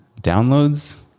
downloads